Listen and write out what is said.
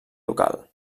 local